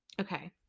okay